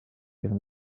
given